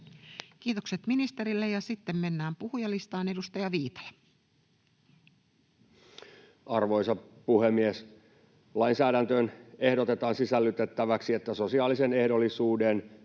Kiitokset ministerille. — Ja sitten mennään puhujalistaan. — Edustaja Viitala. Arvoisa puhemies! Lainsäädäntöön ehdotetaan sisällytettäväksi, että sosiaalisen ehdollisuuden